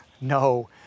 No